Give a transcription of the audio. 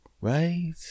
right